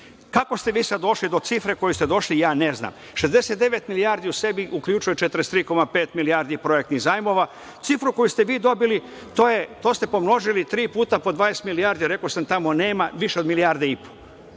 ste vi sad došli do cifre koje ste došli, ja ne znam. Šezdeset devet milijardi u sebi uključuje 43,5 projektnih zajmova, cifru koju ste vi dobili, to ste pomnožili tri puta po 20 milijardi, rekao sam tamo nema više od milijarde i po.